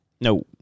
No